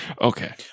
Okay